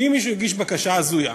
כי אם מישהו הגיש בקשה הזויה,